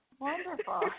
Wonderful